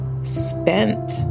spent